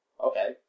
Okay